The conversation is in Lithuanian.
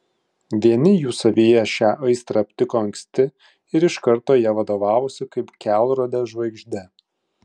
vieni jų savyje šią aistrą aptiko anksti ir iš karto ja vadovavosi kaip kelrode žvaigžde